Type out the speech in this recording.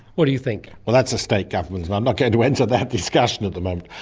what do you think? well, that's a state government and i'm not going to enter that discussion at the moment.